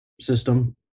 system